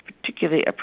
particularly